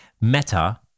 Meta